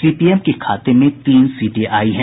CPM के खाते में तीन सीटें आयी हैं